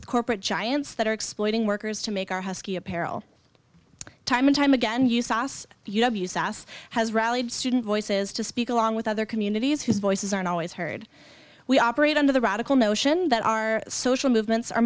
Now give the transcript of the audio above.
with corporate giants that are exploiting workers to make our husky apparel time and time again you sauce sas has rallied student voices to speak along with other communities whose voices aren't always heard we operate under the radical notion that our social